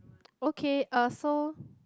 okay uh so